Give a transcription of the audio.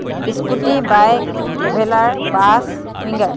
scooty bike traveller bus winger